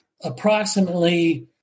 approximately